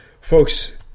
folks